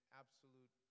absolute